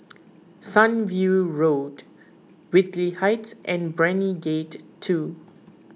Sunview Road Whitley Heights and Brani Gate two